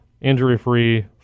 injury-free